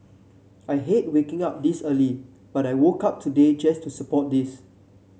I hate waking up this early but I woke up today just to support this